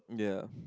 yeah